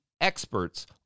experts